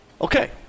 Okay